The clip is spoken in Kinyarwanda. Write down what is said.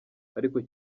ariko